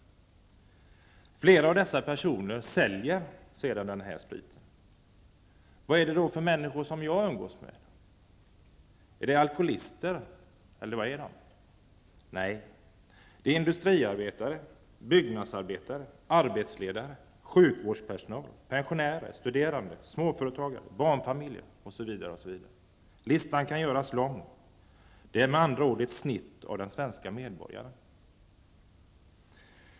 Flera av dessa personer säljer sedan spriten. Vad är det då för människor jag umgås med? Är det alkoholister, eller vad är det för människor? Nej, det är industriarbetare, byggnadsarbetare, arbetsledare, sjukvårdspersonal, pensionärer, studerande, småföretagare, barnfamiljer, osv., osv. Listan kan göras lång. Det är med andra ord fråga om ett snitt av den svenska befolkningen.